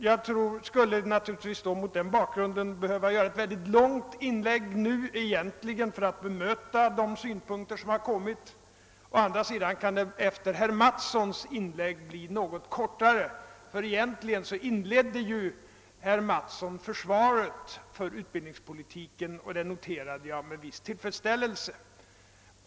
Jag skulle naturligtvis mot den bakgrunden behöva göra ett väldigt långt inlägg för att bemöta de synpunkter som kommit fram. Efter herr Mattssons inlägg kan mitt anförande dock bli något kortare; egentligen inledde herr Mattsson med ett försvar för utbildningspolitiken, och det noterar jag med viss tillfredsställelse.